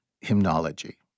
hymnology